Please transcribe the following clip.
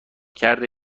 کرده